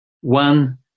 One